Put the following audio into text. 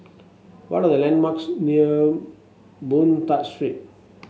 what are the landmarks near Boon Tat Street